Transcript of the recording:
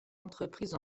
entreprise